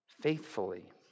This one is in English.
faithfully